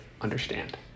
understand